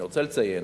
אני רוצה לציין